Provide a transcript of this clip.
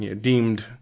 deemed